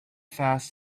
fast